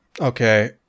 Okay